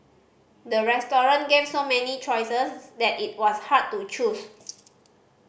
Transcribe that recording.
the restaurant gave so many choices that it was hard to choose